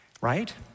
right